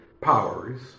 powers